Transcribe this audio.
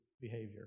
behavior